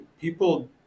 people